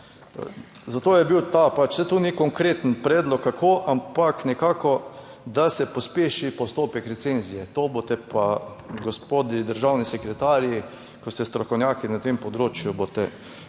zato je bil ta pač, saj to ni konkreten predlog kako, ampak nekako, da se pospeši postopek recenzije, to boste pa gospod državni sekretarji, ko ste strokovnjaki na tem področju, boste